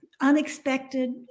unexpected